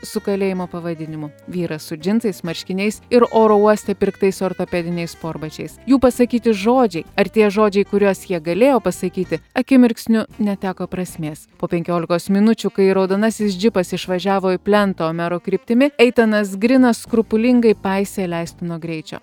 su kalėjimo pavadinimu vyras su džinsais marškiniais ir oro uoste pirktais ortopediniais sportbačiais jų pasakyti žodžiai ar tie žodžiai kuriuos jie galėjo pasakyti akimirksniu neteko prasmės po penkiolikos minučių kai raudonasis džipas išvažiavo į plento mero kryptimi eitanas grinas skrupulingai paisė leistino greičio